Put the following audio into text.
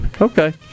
Okay